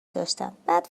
داشتن، بعد